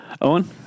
Owen